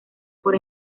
por